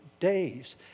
Days